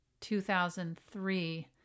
2003